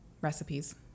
recipes